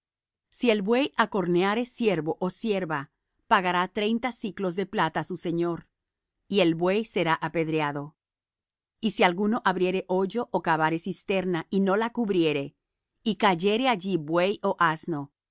si el buey acorneare siervo ó sierva pagará treinta siclos de plata su señor y el buey será apedreado y si alguno abriere hoyo ó cavare cisterna y no la cubriere y cayere allí buey ó asno